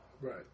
Right